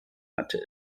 hatte